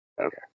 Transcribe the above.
Okay